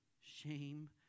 shame